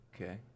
Okay